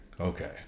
okay